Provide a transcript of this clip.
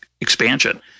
expansion